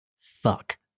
Fuck